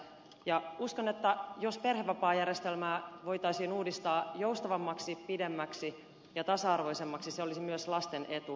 uskon että jos perhevapaajärjestelmää voitaisiin uudistaa joustavammaksi pidemmäksi ja tasa arvoisemmaksi se olisi myös lasten etu